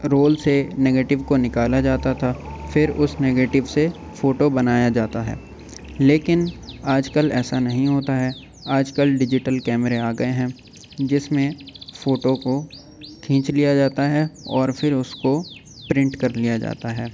role سےنگیٹو کو نکالا جاتا تھا پھر اس نگیٹو سے فوٹو بنایا جاتا ہے لیکن آج کل ایسا نہیں ہوتا ہے آج کل ڈیجیٹل کیمرے آ گیے ہیں جس میں فوٹو کو کھینچ لیا جاتا ہے اور پھر اس کو پرنٹ کر لیا جاتا ہے